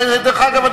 דרך אגב,